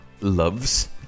loves